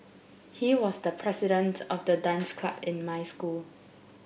he was the president of the dance club in my school